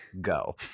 Go